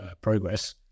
progress